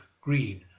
green